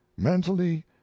Mentally